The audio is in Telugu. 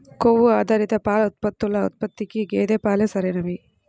కొవ్వు ఆధారిత పాల ఉత్పత్తుల ఉత్పత్తికి గేదె పాలే సరైనవి